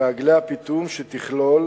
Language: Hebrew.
ועגלי הפיטום, שתכלול